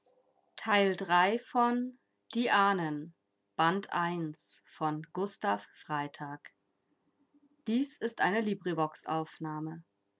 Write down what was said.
holzbecher dies ist ein